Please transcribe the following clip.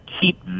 keep